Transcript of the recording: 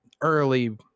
early